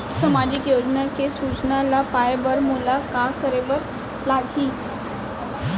सामाजिक योजना के सूचना ल पाए बर मोला का करे बर लागही?